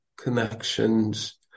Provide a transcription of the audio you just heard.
connections